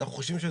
לדעתנו,